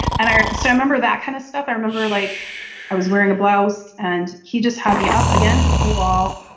and i so remember that kind of stuff. i remember like i was wearing a blouse and she just had me up against the wall.